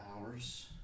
hours